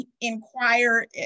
inquire